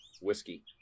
whiskey